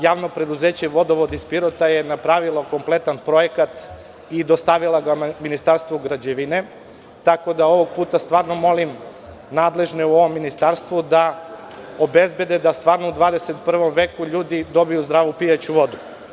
Javno preduzeće „Vodovod“ iz Pirota je napravilo kompletan projekat i dostavilo ga Ministarstvu građevine, tako da ovog puta stvarno molim nadležne u Ministarstvu da obezbede da stvarno u 21. veku ljudi dobiju zdravu pijaću vodu.